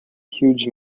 huge